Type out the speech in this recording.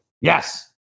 yes